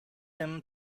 him